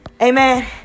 Amen